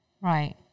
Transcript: Right